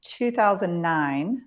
2009